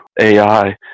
AI